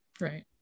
Right